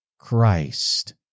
Christ